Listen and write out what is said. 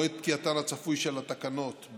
מועד פקיעתן הצפוי של התקנות,